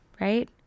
right